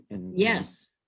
yes